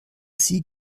sie